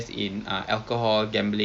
that's true that's true